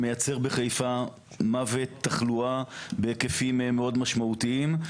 מייצר בחיפה מוות ותחלואה בהיקפים מאוד משמעותיים.